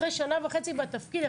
אחרי שנה וחצי בתפקיד,